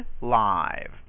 live